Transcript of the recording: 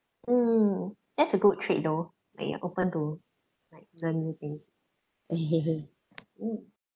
mm that's a good trait though when you're open to like learn new thing mm